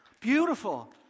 Beautiful